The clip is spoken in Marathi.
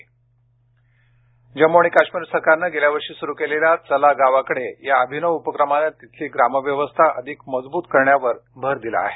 जम्म काश्मिर जम्मू आणि काश्मीर सरकारनं गेल्या वर्षी सुरू केलेल्या चला गावाकडे या अभिनव उपक्रमानं तिथली ग्रामव्यवस्था अधिक मजबूत करण्यावर भर दिला आहे